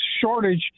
shortage